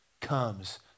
comes